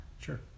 Sure